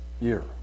year